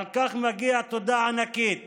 על כך מגיעה תודה ענקית